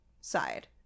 side